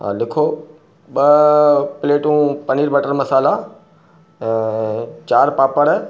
हा लिखो ॿ प्लेटूं पनीर बटर मसाला चारि पापड़